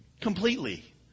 Completely